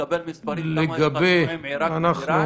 נקבל מספרים כמה התחתנו עם מעיראק ומאיראן?